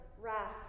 wrath